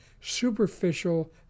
superficial